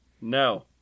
No